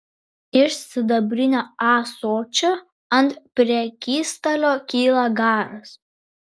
iš sidabrinio ąsočio ant prekystalio kyla garas